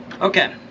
Okay